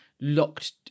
locked